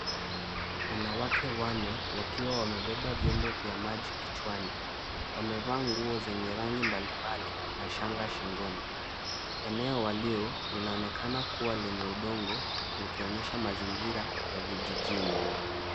Wanawake wanne wakiwa wamebeba vyombo vya maji kichwani. Wamevaa nguo zenye rangi mbalimbali na shanga shingoni. Eneo walio linaonekana kuwa na udongo likionyesha mazingira ya vijijini.